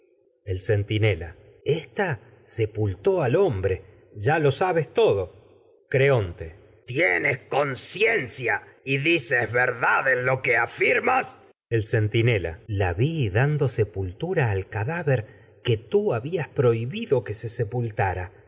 el centinela ésta sepultó al hombre ya lo sabes todo creonte tienes conciencia y dices verdad en lo que afirmas vi dando el centinela la que sepultura al cadáver tú habías prohibido que se sepultara